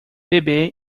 bebê